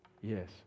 Yes